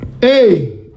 Hey